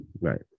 Right